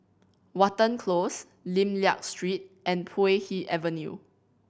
Watten Close Lim Liak Street and Puay Hee Avenue